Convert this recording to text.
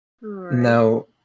now